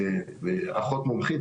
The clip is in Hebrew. אחות מומחית,